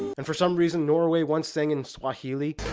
and for some reason norway once sing in swahili